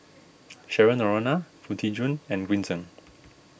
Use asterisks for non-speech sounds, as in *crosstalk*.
*noise* Cheryl Noronha Foo Tee Jun and Green Zeng